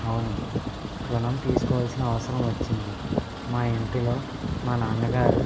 అవును రుణం తీసుకోవాల్సిన అవసరం వచ్చింది మా ఇంటిలో మా నాన్నగారు